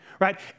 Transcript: right